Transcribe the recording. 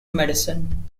medicine